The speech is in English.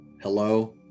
hello